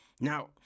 Now